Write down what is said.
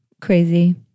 crazy